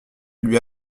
lui